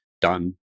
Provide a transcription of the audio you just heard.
done